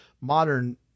modern